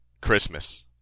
Christmas